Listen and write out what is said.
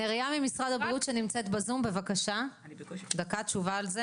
נריה ממשרד הבריאות שנמצאת בזום בבקשה, תני